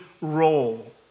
role